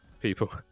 people